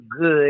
good